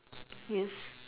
yes